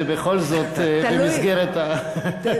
זה בכל זאת במסגרת, תלוי.